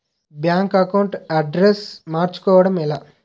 Bank account address మార్చుకోవడం ఎలా?